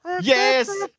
Yes